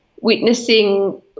witnessing